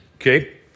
Okay